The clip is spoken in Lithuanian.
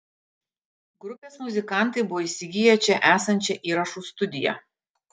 grupės muzikantai buvo įsigiję čia esančią įrašų studiją